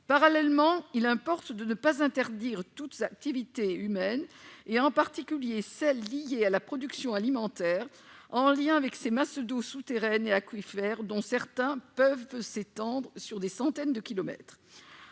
Parallèlement, il importe de ne pas interdire toute activité humaine, en particulier celles liées à la production alimentaire, en lien avec ces masses d'eau souterraines et aquifères, dont certaines peuvent s'étendre sur des centaines de kilomètres.